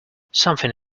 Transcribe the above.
something